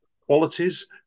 qualities